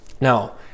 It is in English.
Now